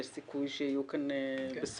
יש סיכוי שיהיו כאן בשורות?